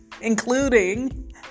including